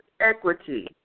equity